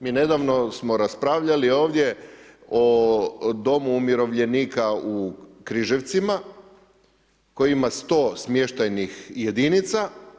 Mi nedavno smo raspravljali ovdje o domu umirovljenika u Križevcima koji ima sto smještajnih jedinica.